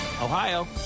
Ohio